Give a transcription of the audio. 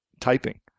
typing